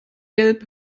gelb